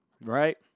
right